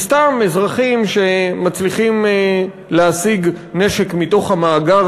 וסתם אזרחים שמצליחים להשיג נשק מתוך המאגר